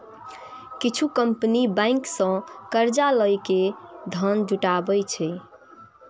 किछु company bank सं कर्ज लए के धन जुटाबै छै